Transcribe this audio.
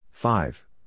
Five